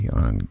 on